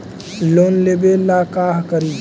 Loan लेबे ला का करि?